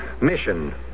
mission